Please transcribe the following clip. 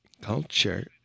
Culture